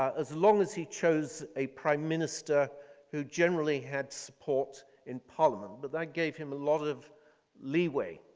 ah as long as he chose a prime minister who generally had support in parliament. but that gave him a lot of leeway.